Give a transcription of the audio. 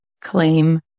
claim